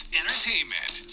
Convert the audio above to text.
entertainment